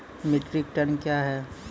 Metric tonne कया हैं?